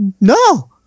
no